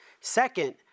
Second